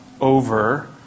over